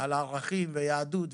אבל